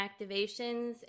activations